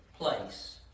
place